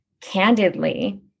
candidly